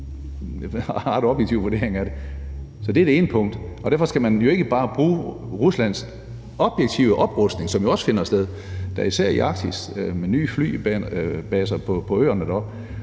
Det er en ret objektiv vurdering af det. Så det er det ene punkt. Og derfor skal man jo ikke bare bruge Ruslands objektive oprustning, som jo også finder sted, især i Arktis med nye flybaser på øerne deroppe.